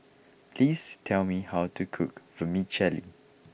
please tell me how to cook Vermicelli